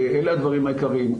אלה הדברים העיקריים.